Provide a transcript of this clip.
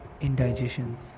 indigestions